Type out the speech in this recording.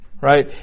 Right